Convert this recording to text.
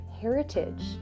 heritage